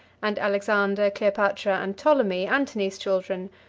and alexander, cleopatra, and ptolemy, antony's children,